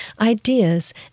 ideas